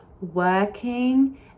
working